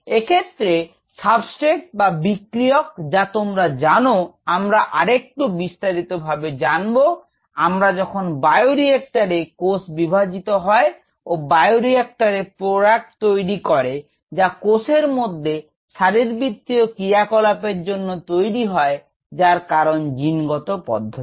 এক্ষেত্রে সাবস্ট্রেট বা বিক্রিয়ক যা তোমরা জানো আমরা আরেকটু বিস্তারিত ভাবে জানবো আমরা যখন বায়ো রিএক্টারে কোষ বিভাজিত হয় ও বায়ো প্রোডাক্ট তৈরি করে যা কোষের মধ্যে শারীরবৃত্তীয় ক্রিয়া কলাপের জন্য তৈরি হয় যার কারণ জিনগত পদ্ধতি